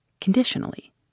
Conditionally